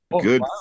Good